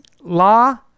La